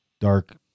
dark